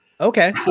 Okay